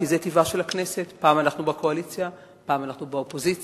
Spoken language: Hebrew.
כי זה טיבה של הכנסת: פעם אנחנו בקואליציה ופעם אנחנו באופוזיציה,